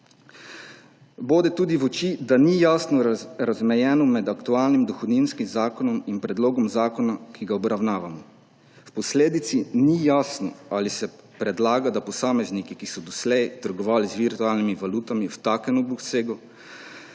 bode tudi, da ni jasno razmejeno med aktualnim dohodninskim zakonom in predlogom zakona, ki ga obravnavamo. V posledici ni jasno, ali se predlaga, da posamezniki, ki so doslej trgovali z virtualnimi valutami v takem obsegu,